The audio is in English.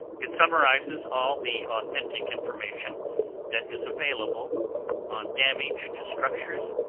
it summarizes all the authentic information that is available on damage to structures,